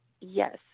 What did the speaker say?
Yes